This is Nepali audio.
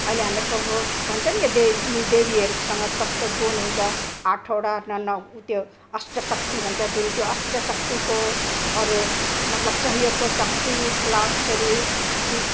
अहिले हामीहरूको भन्छ नि देव देवीहरूसँग कस्तो गुण हुन्छ आठवटा उत्यो अष्ट शक्ति भन्छ त्यो अष्ट शक्तिको अरू मतलब सहयोगको शक्ति प्लस फेरि